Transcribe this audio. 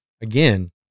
again